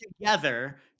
together